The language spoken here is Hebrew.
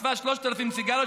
וחסכה 3,000 סיגריות,